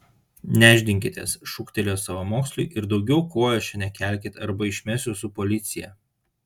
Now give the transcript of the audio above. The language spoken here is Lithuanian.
nešdinkitės šūktelėjo savamoksliui ir daugiau kojos čia nekelkit arba išmesiu su policija